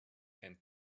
and